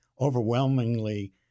overwhelmingly